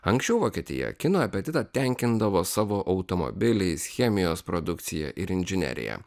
anksčiau vokietija kino apetitą tenkindavo savo automobiliais chemijos produkcija ir inžinerija